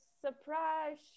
surprise